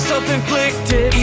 Self-inflicted